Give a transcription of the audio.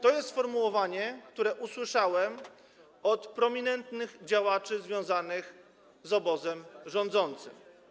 To jest sformułowanie, które usłyszałem od prominentnych działaczy związanych z obozem rządzącym.